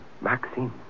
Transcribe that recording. Maxine